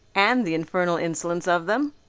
and the infernal insolence of them,